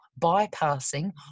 bypassing